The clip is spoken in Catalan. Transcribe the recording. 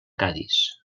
cadis